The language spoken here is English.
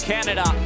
Canada